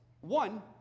One